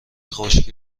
خشکی